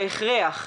ההכרח,